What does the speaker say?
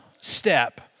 step